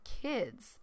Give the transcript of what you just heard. kids